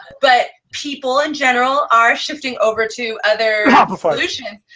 but people, in general, are shifting over to other solutions.